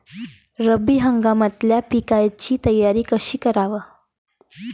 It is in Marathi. रब्बी हंगामातल्या पिकाइची तयारी कशी कराव?